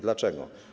Dlaczego?